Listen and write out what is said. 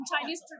chinese